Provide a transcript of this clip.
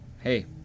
hey